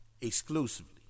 exclusively